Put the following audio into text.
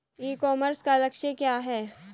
ई commerce का लक्ष्य क्या है?